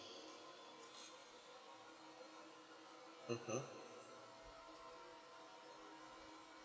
mmhmm